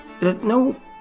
No